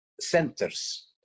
centers